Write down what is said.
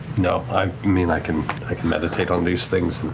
no, i mean i can i can meditate on these things,